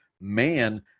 man